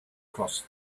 crossed